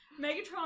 Megatron